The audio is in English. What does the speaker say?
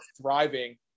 thriving